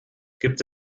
gibt